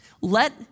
let